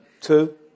Two